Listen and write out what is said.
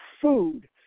food